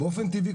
באופן טבעי,